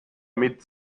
mit